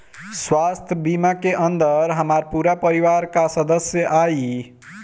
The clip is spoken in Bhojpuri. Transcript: स्वास्थ्य बीमा के अंदर हमार पूरा परिवार का सदस्य आई?